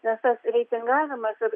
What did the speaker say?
nes tas reitingavimas ir